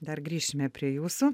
dar grįšime prie jūsų